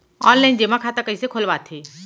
Online जेमा खाता कइसे खोलवाथे?